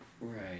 Right